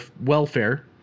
welfare